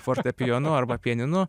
fortepijonu arba pianinu